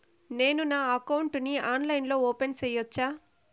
నేను నా అకౌంట్ ని ఆన్లైన్ లో ఓపెన్ సేయొచ్చా?